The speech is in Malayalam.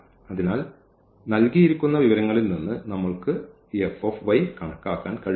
അതിനാൽ നൽകിയിരിക്കുന്ന വിവരങ്ങളിൽ നിന്ന് നമ്മൾക്ക് ഈ F കണക്കാക്കാൻ കഴിയില്ല